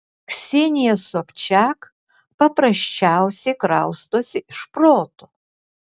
ksenija sobčak paprasčiausiai kraustosi iš proto